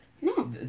No